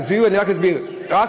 אנחנו גילינו שמדובר רק